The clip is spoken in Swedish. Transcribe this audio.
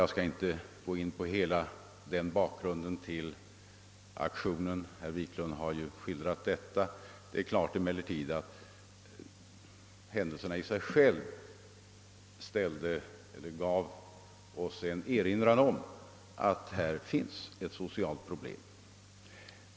Jag skall inte gå in på bakgrunden till aktionen i Stockholm — herr Wiklund har redan skildrat den — men det är klart att händelserna i sig själva gav oss en erinran om att här finns ett socialt problem.